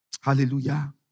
Hallelujah